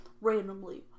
randomly